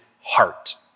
heart